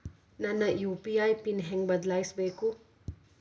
ನನ್ನ UPI pin ಹೆಂಗ್ ಬದ್ಲಾಯಿಸ್ಬೇಕು?